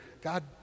God